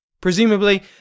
Presumably